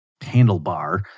handlebar